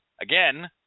again